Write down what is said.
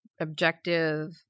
objective